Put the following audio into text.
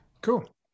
Cool